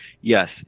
Yes